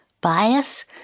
bias